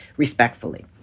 respectfully